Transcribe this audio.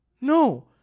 No